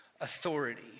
authority